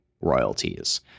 royalties